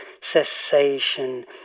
cessation